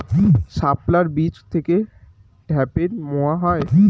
শাপলার বীজ থেকে ঢ্যাপের মোয়া হয়?